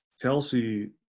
Kelsey